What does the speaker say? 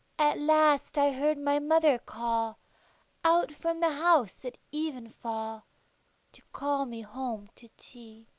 at last i heard my mother call out from the house at evenfall, to call me home to tea.